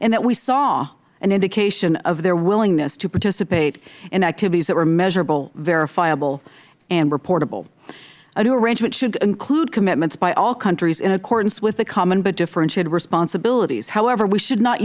in that we saw an indication of their willingness to participate in activities that were measurable verifiable and reportable a new arrangement should include commitments by all countries in accordance with the common but differentiated responsibilities however we should not